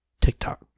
TikTok